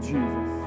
Jesus